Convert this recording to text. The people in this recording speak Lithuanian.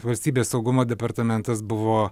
valstybės saugumo departamentas buvo